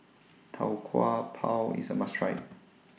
Tau Kwa Pau IS A must Try